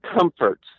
Comforts